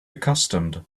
accustomed